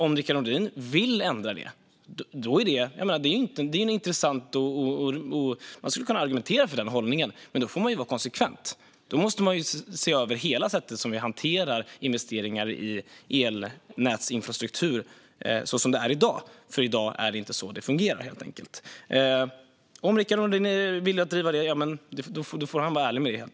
Om Rickard Nordin vill ändra på detta är det en intressant hållning som man kan argumentera för, men då får man vara konsekvent. Då måste man se över hela det sätt på vilket vi hanterar investeringar i elnätsinfrastruktur i dag, för det fungerar inte så nu. Om Rickard Nordin är villig att driva detta får han vara ärlig med det.